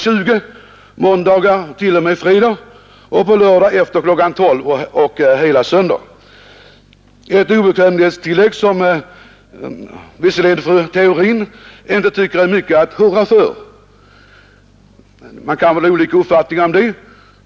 20 på måndagar t.o.m. fredagar samt på 13 lördagarna efter kl. 12 och hela söndagarna, ett obekvämlighetstillägg som fru Theorin dock inte tycker är mycket att hurra för. Det kan man ha olika uppfattningar om.